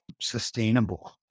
sustainable